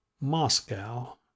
Moscow